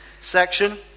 section